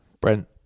Brent